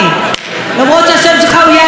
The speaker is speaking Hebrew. למרות שהשם שלך הוא יעקב,